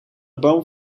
boom